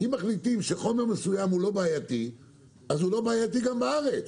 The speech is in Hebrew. אם מחליטים שחומר מסוים הוא לא בעייתי אז הוא לא בעייתי גם בארץ,